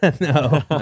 no